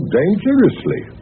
dangerously